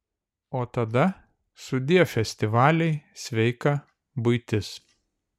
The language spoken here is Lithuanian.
o tada sudie festivaliai sveika buitis